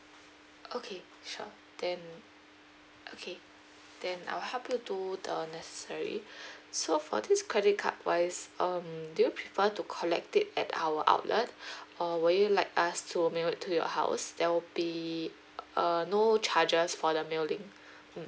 okay sure then okay then I will help you do the necessary so for this credit card wise um do you prefer to collect it at our outlet or would you like us to mail it to your house there will be uh no charges for the mailing